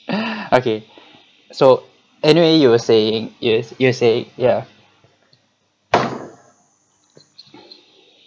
okay so anyway you were saying yes yes eh yeah